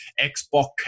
Xbox